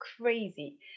crazy